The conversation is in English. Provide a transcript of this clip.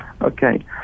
okay